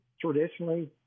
traditionally